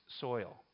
soil